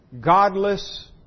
Godless